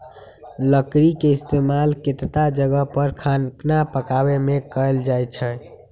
लकरी के इस्तेमाल केतता जगह पर खाना पकावे मे कएल जाई छई